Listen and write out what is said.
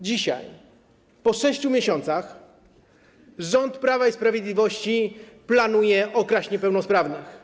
Dzisiaj, po 6 miesiącach, rząd Prawa i Sprawiedliwości planuje okraść niepełnosprawnych.